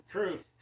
True